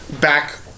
back